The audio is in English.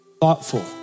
thoughtful